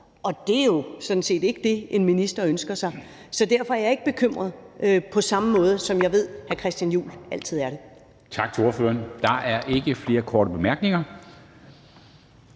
Og det er jo sådan set ikke det, en minister ønsker sig. Så derfor er jeg ikke bekymret på samme måde, som jeg ved at hr. Christian Juhl altid er. Kl. 13:30 Formanden (Henrik Dam Kristensen): Tak til ordføreren. Der er ikke flere korte bemærkninger,